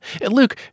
Luke